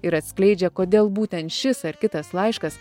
ir atskleidžia kodėl būtent šis ar kitas laiškas